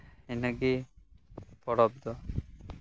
ᱤᱱᱟᱹᱜᱮ ᱯᱚᱨᱚᱵᱽ ᱫᱚ